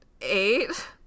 eight